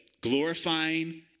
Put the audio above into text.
glorifying